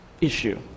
issue